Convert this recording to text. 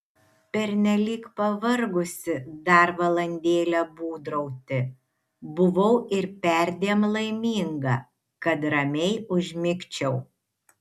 pernelyg pavargusi dar valandėlę būdrauti buvau ir perdėm laiminga kad ramiai užmigčiau